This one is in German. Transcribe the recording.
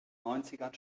neunzigern